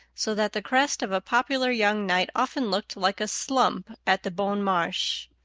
so that the crest of a popular young knight often looked like a slump at the bon marche.